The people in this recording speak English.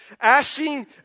asking